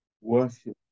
worship